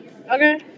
Okay